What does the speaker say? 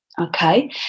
okay